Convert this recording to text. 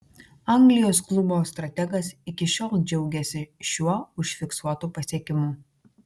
anglijos klubo strategas iki šiol džiaugiasi šiuo užfiksuotu pasiekimu